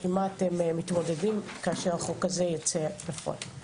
עם מה אתם מתמודדים כאשר החוק הזה ייצא לפועל.